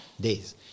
Days